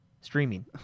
streaming